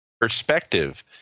perspective